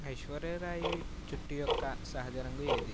ఐశ్వర్యా రాయి జుట్టు యొక్క సహజ రంగు ఏది